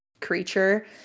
creature